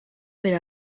per